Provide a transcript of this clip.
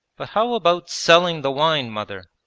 but how about selling the wine, mother?